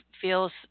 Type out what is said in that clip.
feels